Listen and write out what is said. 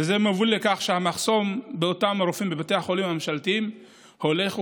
וזה מוביל לכך שהמחסור באותם רופאים בבתי החולים הממשלתיים הולך וגדל.